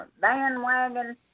bandwagon